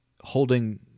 holding